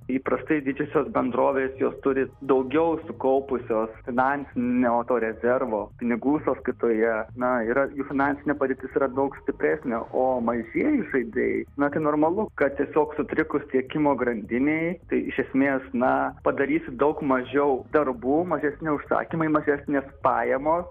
įprastai didžiosios bendrovės jos turi daugiau sukaupusios finansinio to rezervo pinigų sąskaitoje na yra jų finansinė padėtis yra daug stipresnė o mažieji žaidėjai na tai normalu kad tiesiog sutrikus tiekimo grandinei tai iš esmės na padarys daug mažiau darbų mažesni užsakymai mažesnės pajamos